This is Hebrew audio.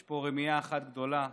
יש פה רמייה אחת גדולה.